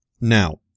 Now